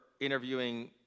interviewing